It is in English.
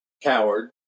coward